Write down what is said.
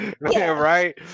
Right